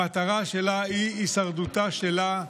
המטרה שלה היא הישרדותה שלה,